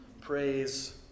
praise